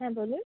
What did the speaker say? হ্যাঁ বলুন